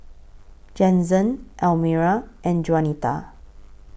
Jensen Almyra and Juanita